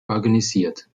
organisiert